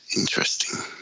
interesting